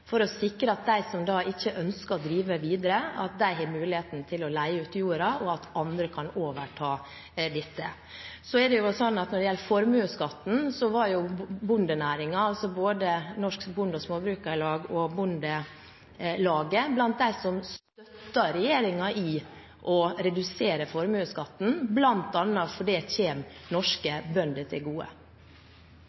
for å sikre at de som ikke ønsker å drive videre, har muligheten til å leie ut jorda, og at andre kan overta dette. Når det gjelder formuesskatten, var bondenæringen, både Norsk Bonde- og Småbrukarlag og Bondelaget, blant dem som støttet regjeringen i å redusere formuesskatten, bl.a. fordi det kommer norske bønder til gode.